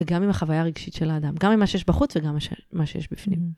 וגם עם החוויה הרגשית של האדם, גם עם מה שיש בחוץ וגם מה שיש בפנים.